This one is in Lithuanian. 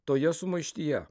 toje sumaištyje